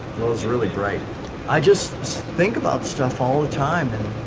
what was really great i just think about stuff all the time and